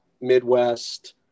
midwest